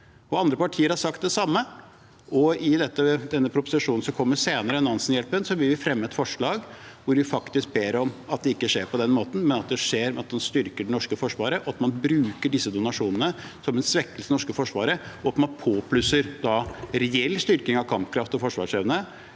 Andre partier har sagt det samme, og i forbindelse med den proposisjonen som kommer senere, Nansenhjelpen, vil vi fremme et forslag hvor vi ber om at det ikke skjer på denne måten, men at det skjer ved at en styrker det norske forsvaret, og at man bruker disse donasjonene, som vil svekke det norske forsvaret, og påplusser reell styrking av kampkraft og forsvarsevne,